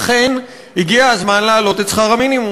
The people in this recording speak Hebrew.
אכן הגיע הזמן להעלות את שכר המינימום.